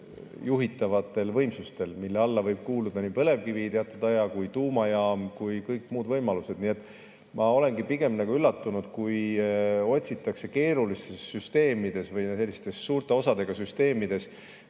juhitavatel võimsustel, mille alla võib kuuluda nii põlevkivi teatud aja kui tuumajaam kui kõik muud võimalused. Ma olengi pigem nagu üllatunud, kui otsitakse keerulistes süsteemides või sellistes suurte osadega süsteemides